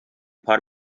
paar